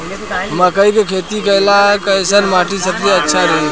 मकई के खेती करेला कैसन माटी सबसे अच्छा रही?